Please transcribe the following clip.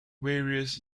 various